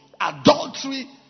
adultery